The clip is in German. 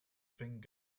fing